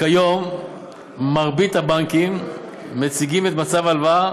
כיום מרבית הבנקים מציגים את מצב ההלוואה